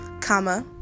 comma